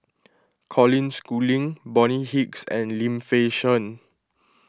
Colin Schooling Bonny Hicks and Lim Fei Shen